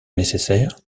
nécessaire